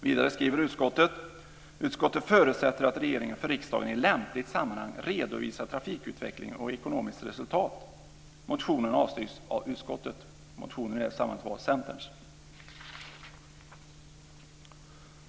Vidare skriver utskottet: "Utskottet förutsätter att regeringen för riksdagen i lämpligt sammanhang redovisar trafikutveckling och ekonomiskt resultat. Motionen avstryks av utskottet." Motionen var i det här sammanhanget Centerns.